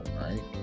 right